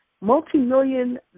multi-million